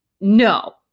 No